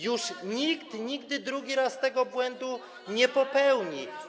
Już nikt nigdy drugi raz tego błędu nie popełni.